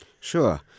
Sure